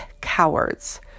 cowards